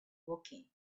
woking